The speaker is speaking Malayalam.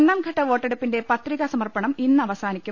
ഒന്നാംഘട്ട വോട്ടെടുപ്പിന്റെ പത്രിക സമർപ്പണം ഇന്ന് അവസാനിക്കും